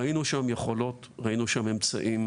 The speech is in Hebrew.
ראינו שם יכולות, ראינו שם אמצעים,